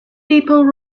people